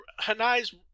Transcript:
Hanai's